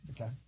Okay